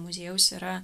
muziejaus yra